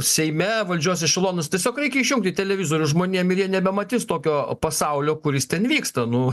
seime valdžios ešelonus tiesiog reikia išjungti televizorius žmonėm ir jie nebematys tokio pasaulio kuris ten vyksta nu